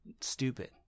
stupid